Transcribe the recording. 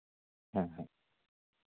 ᱦᱮᱸ ᱦᱮᱸ